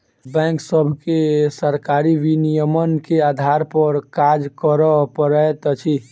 bank सभके सरकारी विनियमन के आधार पर काज करअ पड़ैत अछि